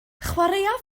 chwaraea